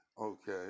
Okay